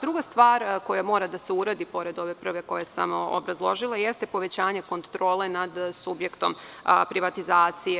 Druga stvar koja mora da se uradi, pored ove prve, koju sam obrazložila, jeste povećanje kontrole nad subjektom privatizacije.